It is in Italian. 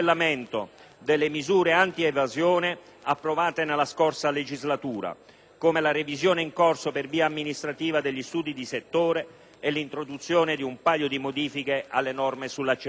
delle misure antievasione approvate nella scorsa legislatura, come la revisione in corso per via amministrativa degli studi di settore e l'introduzione di un paio di modifiche alle norme sull'accertamento.